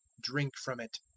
drink from it,